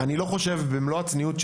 במלוא הצניעות,